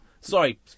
Sorry